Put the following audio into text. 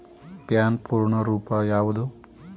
PAN ಪೂರ್ಣ ರೂಪ ಯಾವುದು?